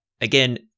again